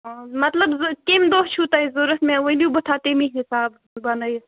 مطلب زٕ کَمۍ دۄہ چھُو تۄہہِ ضوٚرَتھ مےٚ ؤنِو بہٕ تھاوٕ تَمی حسابہٕ سُہ بَنٲیِتھ